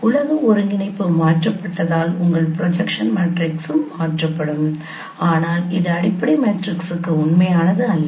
உலக ஒருங்கிணைப்பு மாற்றப்பட்டதால் உங்கள் ப்ரொஜெக்ஷன் மேட்ரிக்ஸும் மாற்றப்படும் ஆனால் இது அடிப்படை மேட்ரிக்ஸுக்கு உண்மையானது அல்ல